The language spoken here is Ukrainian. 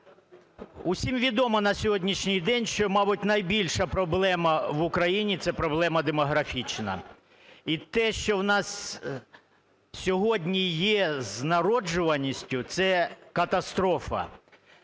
Всім відомо на сьогоднішній день, що, мабуть, найбільша проблема в Україні – це проблема демографічна. І те, що в нас сьогодні є з народжуваністю, це катастрофа.